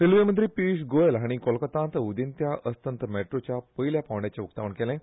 रेल्वे मंत्री पियुश गोयल हांणी कोलकातांत उदेंत्या अस्तंत मॅट्रोच्या पयल्या पांवड्याचें उक्तावण केलें